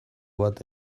bat